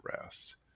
rest